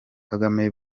kagame